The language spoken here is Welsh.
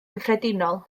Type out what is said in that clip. cyffredinol